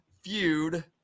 feud